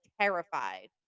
terrified